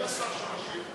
מי עוד הצביע?